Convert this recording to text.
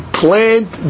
plant